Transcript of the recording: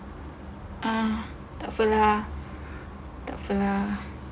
uh takpe lah takpe lah